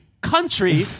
country